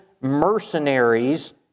mercenaries